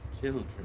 children